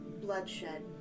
bloodshed